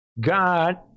God